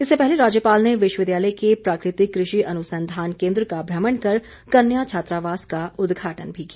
इससे पहले राज्यपाल ने विश्वविद्यालय के प्राकृतिक कृषि अनुसंधान केंद्र का भ्रमण कर कन्या छात्रावास का उदघाटन भी किया